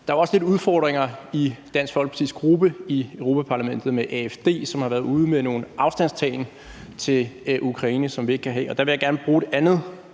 er jo også lidt udfordringer i Dansk Folkepartis gruppe i Europa-Parlamentet med AfD, som har været ude med noget afstandtagen til Ukraine, som vi ikke kan have. Der vil jeg gerne bruge et andet